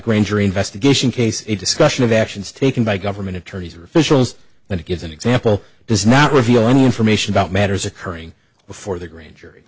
granger investigation case a discussion of actions taken by government attorneys or officials and gives an example does not reveal any information about matters occurring before the grand jury